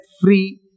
free